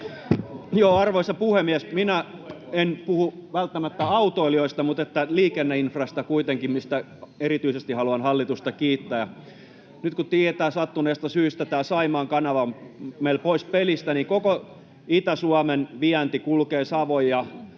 Arvoisa puhemies! Minä en puhu välttämättä autoilijoista mutta liikenneinfrasta kuitenkin, mistä erityisesti haluan hallitusta kiittää. Nyt kun tiedetään, että sattuneista syistä Saimaan kanava on meillä pois pelistä, niin koko Itä-Suomen vienti kulkee Savon